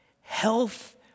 health